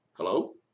Hello